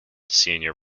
senior